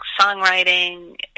songwriting